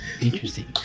Interesting